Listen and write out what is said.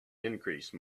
increase